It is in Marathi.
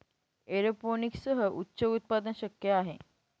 एरोपोनिक्ससह उच्च उत्पादन शक्य आहे